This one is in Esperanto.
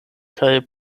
kaj